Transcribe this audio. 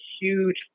huge